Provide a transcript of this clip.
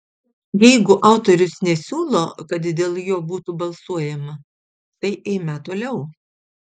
jeigu autorius nesiūlo kad dėl jo būtų balsuojama tai eime toliau